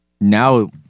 Now